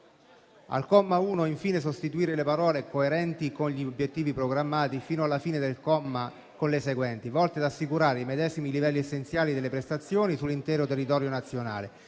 *Al comma 1, in fine, sostituire le parole da:* «coerenti con gli obiettivi programmati» *fino alla fine del comma con le seguenti:* «volte ad assicurare i medesimi livelli essenziali delle prestazioni sull'intero territorio nazionale,